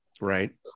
Right